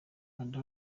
kanda